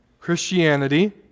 Christianity